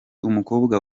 umukobwa